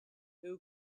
who